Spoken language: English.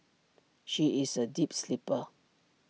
she is A deep sleeper